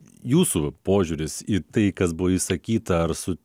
jūsų požiūris į tai kas buvo išsakyta ar su